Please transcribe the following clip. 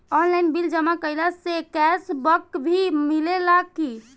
Online bill जमा कईला से कैश बक भी मिलेला की?